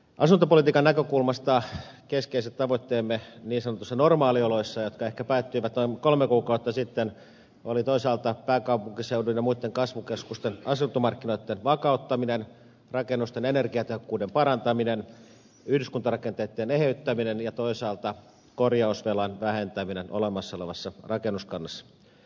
asuntopolitiikan näkökulmasta keskeiset tavoitteemme niin sanotuissa normaalioloissa jotka ehkä päättyivät noin kolme kuukautta sitten olivat toisaalta pääkaupunkiseudun ja muitten kasvukeskusten asuntomarkkinoitten vakauttaminen rakennusten energiatehokkuuden parantaminen yhdyskuntarakenteitten eheyttäminen ja toisaalta korjausvelan vähentäminen olemassa olevassa rakennuskannassa